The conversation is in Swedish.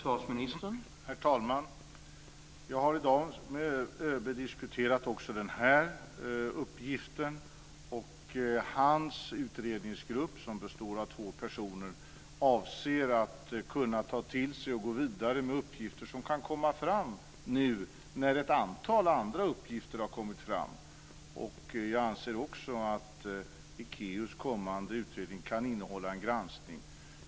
Herr talman! Jag har i dag med ÖB också diskuterat den här uppgiften. Hans utredningsgrupp, som består av två personer, avser att kunna ta till sig och gå vidare med uppgifter som kan komma fram nu när ett antal andra uppgifter har kommit fram. Jag anser också att Ekéus kommande utredning kan innehålla en granskning.